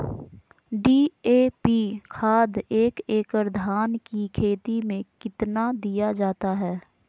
DAP खाद एक एकड़ धान की खेती में कितना दीया जाता है?